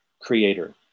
Creator